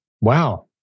Wow